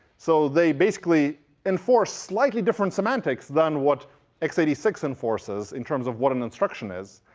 so they basically enforce slightly different semantics than what x eight six enforces in terms of what an instruction is.